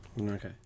Okay